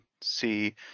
see